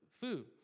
food